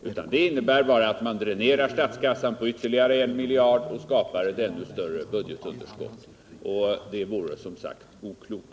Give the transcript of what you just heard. Vpk:s förslag innebär bara att man dränerar statskassan på ytterligare I miljard kronor och skapar ännu större budgetunderskott. Det vore som sagt oklokt.